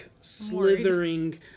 slithering